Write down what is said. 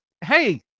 hey